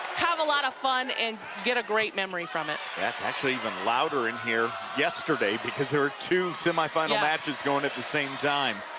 have a lot of fun and get a great memory from it. that's actually even louder in here yesterday because there were two semifinal matches goingat the same time.